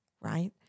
Right